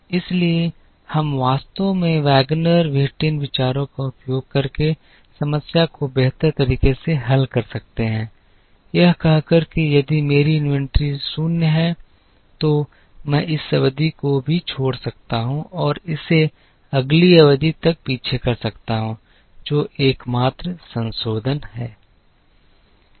इसलिए हम वास्तव में वैगनर व्हिटिन विचारों का उपयोग करके समस्या को बेहतर तरीके से हल कर सकते हैं यह कहकर कि यदि मेरी इन्वेंट्री 0 है तो मैं इस अवधि को भी छोड़ सकता हूं और इसे अगली अवधि तक पीछे कर सकता हूं जो एकमात्र संशोधन है